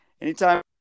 anytime